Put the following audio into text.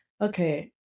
okay